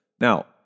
Now